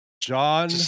John